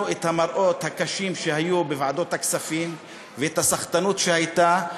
את המראות הקשים שהיו בוועדת הכספים ואת הסחטנות שהייתה.